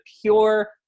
pure